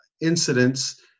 incidents